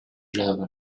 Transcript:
level